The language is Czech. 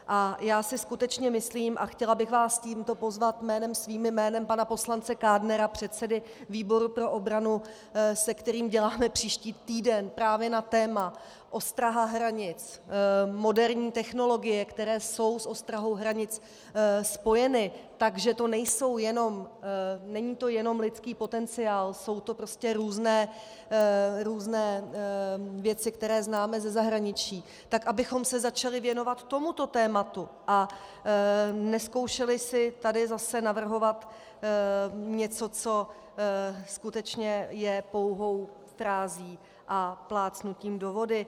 A já si skutečně myslím a chtěla bych vás tímto pozvat jménem svým i jménem pana poslance Kádnera, předsedy výboru pro obranu, se kterým děláme příští týden právě na téma ostraha hranic, moderní technologie, které jsou s ostrahou hranic spojeny, takže není to jenom lidský potenciál, jsou to prostě různé věci, které známe ze zahraničí, tak abychom se začali věnovat tomuto tématu a nezkoušeli si tady zase navrhovat něco, co skutečně je pouhou frází a plácnutím do vody.